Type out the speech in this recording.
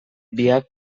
biak